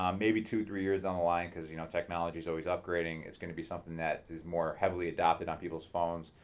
um maybe two, three years down the line, because you know technology is always upgrading, it's going to be something that is more heavily adopted on people's phones.